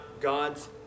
God's